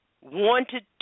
wanted